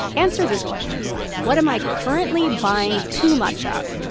answer this question what am i currently buying too much of?